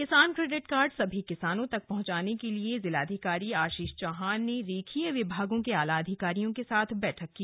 किसान credit card सभी किसानों तक पहुंचाने के लिए जिलाधिकारी आशीष चौहान ने रेखीय विभागों के आला अधिकारियों के साथ बैठक की